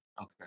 okay